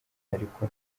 ariko